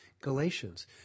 Galatians